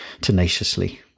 tenaciously